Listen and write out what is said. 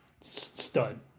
stud